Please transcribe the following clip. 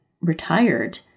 retired